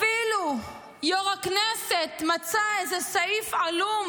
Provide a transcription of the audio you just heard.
אפילו יו"ר הכנסת מצא איזה סעיף עלום